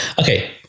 Okay